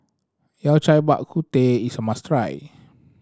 Yao Cai Bak Kut Teh is a must try